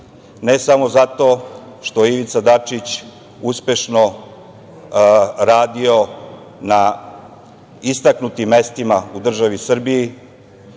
ne smo zato što je Ivica Dačić, uspešno radio na istaknutim mestima u državi Srbiji,